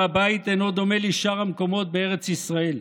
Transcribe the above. הר הבית אינו דומה לשאר המקומות בארץ ישראל.